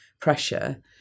pressure